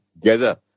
together